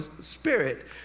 spirit